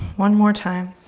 one more time.